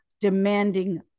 demanding